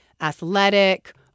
athletic